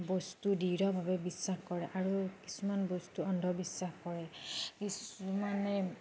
বস্তু দৃঢ়ভাৱে বিশ্বাস কৰে আৰু কিছুমান বস্তু অন্ধবিশ্বাস কৰে কিছুমানে